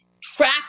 track